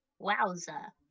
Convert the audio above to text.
Wowza